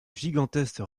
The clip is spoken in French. gigantesque